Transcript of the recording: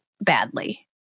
badly